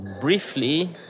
briefly